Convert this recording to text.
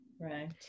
right